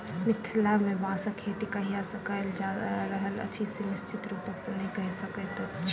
मिथिला मे बाँसक खेती कहिया सॅ कयल जा रहल अछि से निश्चित रूपसॅ नै कहि सकैत छी